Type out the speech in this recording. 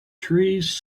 trees